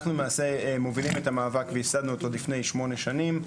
אנחנו למעשה מובילים את המאבק וייסדנו אותו לפני שמונה שנים,